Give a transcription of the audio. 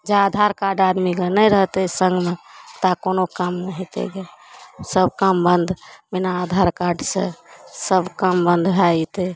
जा आधार कार्ड आदमीकेँ नहि रहतै सङ्गमे ता कोनो काम नहि हेतै गे सब काम बन्द बिना आधार कार्डसे सब काम बन्द भए जएतै